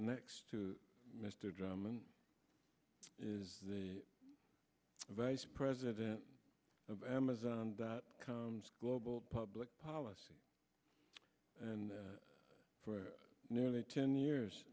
next to mr drummond is vice president of amazon dot com global public policy and for nearly ten years